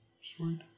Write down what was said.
Sweet